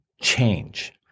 change